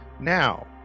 Now